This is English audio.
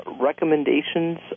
recommendations